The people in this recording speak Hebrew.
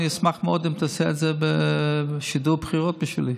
אני אשמח מאוד אם תעשה את זה בשידור בחירות בשבילי.